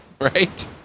Right